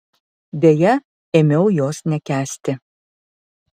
deja ėmiau jos nekęsti